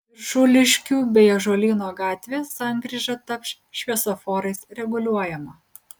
viršuliškių bei ąžuolyno gatvės sankryža taps šviesoforais reguliuojama